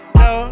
no